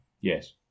yes